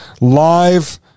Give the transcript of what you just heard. live